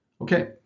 Okay